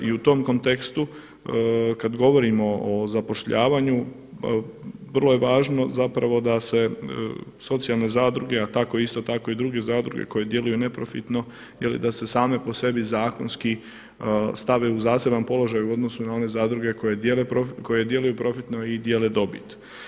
I u tom kontekstu kada govorimo o zapošljavanju vrlo je važno zapravo da se socijalne zadruge, a isto tako i druge zadruge koje djeluju neprofitno da se same po sebi zakonski stave u zaseban položaj u odnosu na one zadruge koje djeluju profitno i dijele dobit.